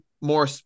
more